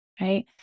right